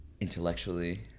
intellectually